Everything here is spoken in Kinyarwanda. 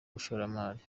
bashoramari